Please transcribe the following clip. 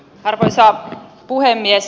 arvoisa puhemies